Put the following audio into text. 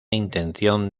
intención